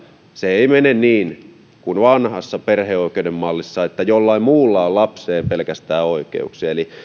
se ei mene niin kuin vanhassa perheoikeuden mallissa että jollain muulla on lapseen pelkästään oikeuksia eli